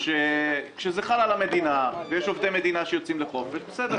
כשזה חל על המדינה ויש עובדי מדינה שיוצאים לחופש - בסדר,